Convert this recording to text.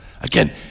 Again